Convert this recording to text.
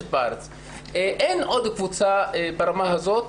אין עוד קבוצה ברמה הזאת